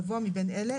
הגבוה מבין אלה: